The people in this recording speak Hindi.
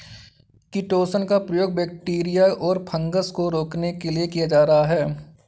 किटोशन का प्रयोग बैक्टीरिया और फँगस को रोकने के लिए किया जा रहा है